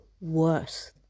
worse